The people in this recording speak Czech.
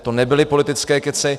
To nebyly politické kecy.